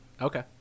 Okay